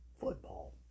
football